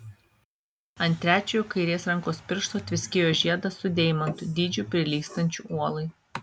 ant trečiojo kairės rankos piršto tviskėjo žiedas su deimantu dydžiu prilygstančiu uolai